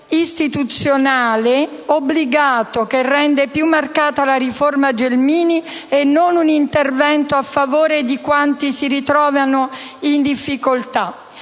istituzionale obbligato, che rende più marcata la riforma Gelmini, e non un intervento a favore di quanti si trovino in difficoltà.